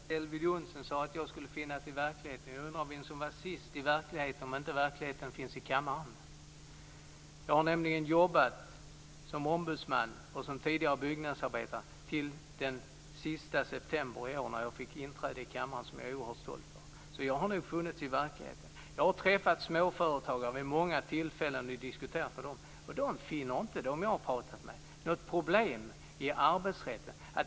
Fru talman! Det var roligt att Elver Jonsson sade att jag borde befinna mig i verkligheten. Jag undrar vem som var sist i verkligheten, om verkligheten inte finns i kammaren. Jag har nämligen jobbat som ombudsman och tidigare som byggnadsarbetare till den sista september i år, när jag inträdde i kammaren, vilket jag är oerhört stolt över. Jag har nog funnits i verkligheten. Jag har träffat småföretagare vid många tillfällen och diskuterat med dem, och de jag har pratat med finner inte något problem i arbetsrätten.